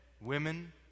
women